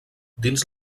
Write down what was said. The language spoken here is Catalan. dins